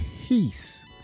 peace